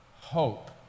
hope